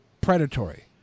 predatory